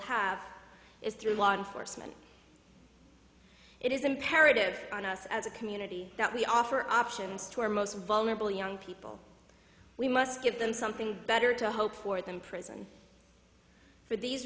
have is through law enforcement it is imperative on us as a community that we offer options to our most vulnerable young people we must give them something better to hope for than prison for these